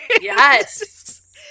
Yes